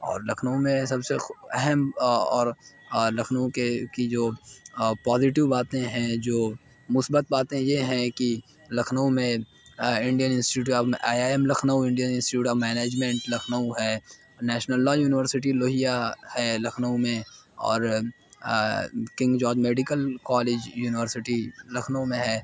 اور لکھنؤ میں سب سے اہم اور لکھنؤ کے کی جو پوزیٹو باتیں ہیں جو مثبت باتیں یہ ہیں کی لکھنؤ میں Indian Institute of I I M Lucknow Indian Institute of Management Lucknow ہے نیشنل لا یونیورسٹی لوہیا ہے لکھنؤ میں اور King George Medical College University Lucknow میں ہے